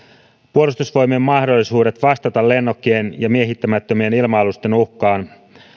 puolustusvoimien mahdollisuudet vastata lennokkien ja miehittämättömien ilma alusten uhkaan